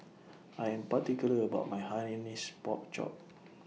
I Am particular about My Hainanese Pork Chop